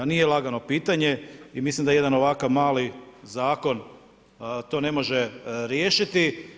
Nije lagano pitanje i mislim da jedan ovakav mali Zakon to ne može riješiti.